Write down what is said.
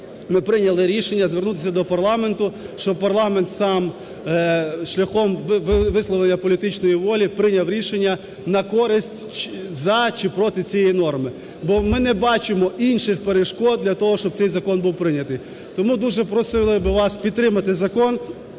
ми прийняли рішення звернутися до парламенту, щоб парламент сам шляхом висловлення політичної волі прийняв рішення на користь… за чи проти цієї норми. Бо ми не бачимо інших перешкод для того, щоб цей закон був прийнятий. Тому дуже просили би вас підтримати закон